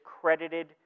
credited